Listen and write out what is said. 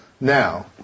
now